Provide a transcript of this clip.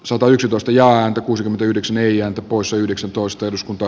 satayksitoista ja anto kuusikymmentäyhdeksän eija osa yhdeksäntoista eduskunta